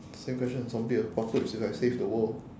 same question zombie apocalypse if I save the world